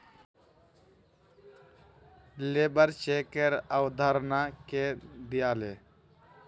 labour चेकेर अवधारणा के दीयाले